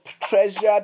treasured